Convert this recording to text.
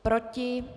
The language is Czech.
Proti?